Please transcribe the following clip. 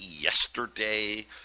yesterday